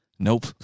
Nope